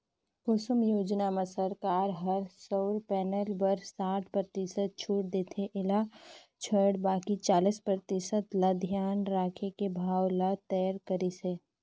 कुसुम योजना म सरकार ह सउर पेनल बर साठ परतिसत छूट देथे एला छोयड़ बाकि चालीस परतिसत ल धियान राखके भाव ल तय करिस हे